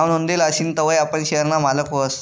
नाव नोंदेल आशीन तवय आपण शेयर ना मालक व्हस